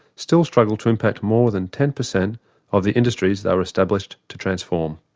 still struggle to impact more than ten percent of the industries they were established to transform.